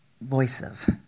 voices